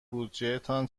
بودجهتان